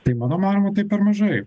tai mano manymu tai per mažai